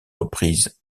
reprises